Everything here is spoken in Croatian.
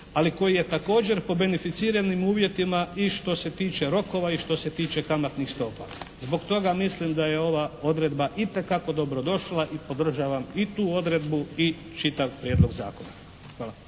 ali koji je također po beneficiranim uvjetima i što se tiče rokova i što se tiče kamatnih stopa. Zbog toga mislim da je ova odredba itekako dobro došla i podržavam i tu odredbu i čitav prijedlog zakona. Hvala.